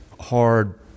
hard